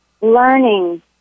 learning